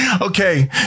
Okay